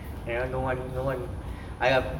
you know no one no one